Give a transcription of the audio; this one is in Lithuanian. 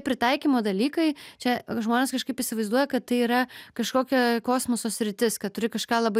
pritaikymo dalykai čia žmonės kažkaip įsivaizduoja kad tai yra kažkokia kosmoso sritis kad turi kažką labai